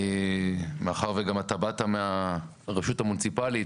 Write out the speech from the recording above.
מאחר ואתה גם באת מהרשות המוניציפלית,